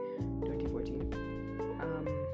2014